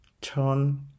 turn